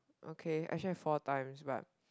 okay actually four times but